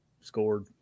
scored